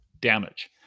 damage